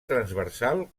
transversal